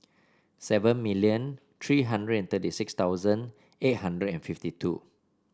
seven million three hundred thirty six thousand eight hundred and fifty two